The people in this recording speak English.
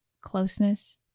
closeness